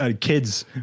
kids